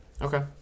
Okay